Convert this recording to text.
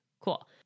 cool